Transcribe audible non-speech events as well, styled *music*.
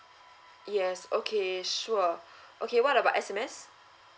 yes okay sure *breath* okay what about S_M_S